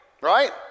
right